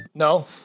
No